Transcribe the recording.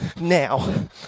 now